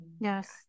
Yes